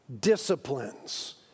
disciplines